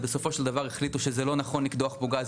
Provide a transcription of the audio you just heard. ובסופו של דבר החליטו שלא נכון לקדוח בו גז,